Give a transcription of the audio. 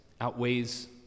outweighs